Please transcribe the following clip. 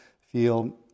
feel